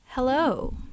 Hello